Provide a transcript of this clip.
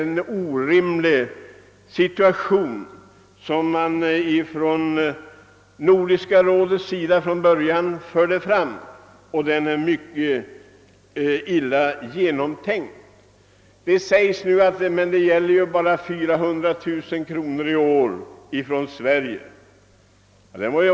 Det är ju en orimlighet, som Nordiska rådet var först med att föra fram. Hela denna sak är mycket illa genomtänkt. Men, säger man, här gäller det ju för Sveriges del bara 400 000 kronor i år.